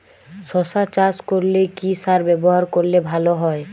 শশা চাষ করলে কি সার ব্যবহার করলে ভালো হয়?